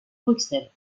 bruxelles